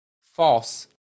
false